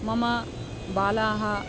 मम बालाः